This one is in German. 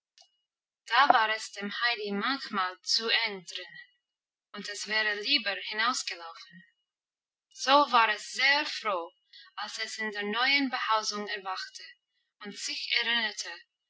da war es dem heidi manchmal zu eng drinnen und es wäre lieber hinausgelaufen so war es sehr froh als es in der neuen behausung erwachte und sich erinnerte